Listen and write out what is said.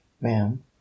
ma'am